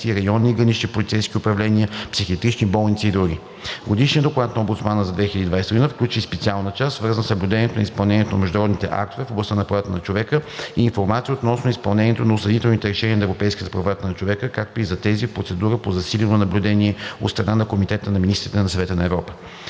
районни и гранични полицейски управления, психиатрични болници и други. Годишният доклад на омбудсмана за 2020 г. включва и специална част, свързана с наблюдението на изпълнението на международните актове в областта на правата на човека и информация относно изпълнението на осъдителните решения на Европейския съд по правата на човека (ЕСПЧ), както и за тези в процедура по засилено наблюдение от страна на Комитета на министрите на Съвета на Европа.